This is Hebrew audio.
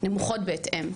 נמוכות בהתאם.